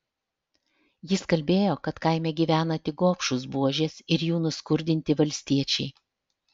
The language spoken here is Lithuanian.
jis kalbėjo kad kaime gyvena tik gobšūs buožės ir jų nuskurdinti valstiečiai